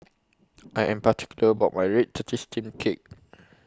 I Am particular about My Red Tortoise Steamed Cake